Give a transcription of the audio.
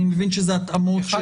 אני מבין שזה התאמות.